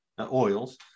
oils